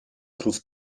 groef